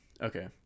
Okay